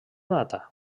nata